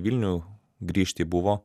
vilnių grįžti buvo